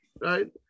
right